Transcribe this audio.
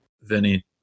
Vinny